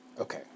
Okay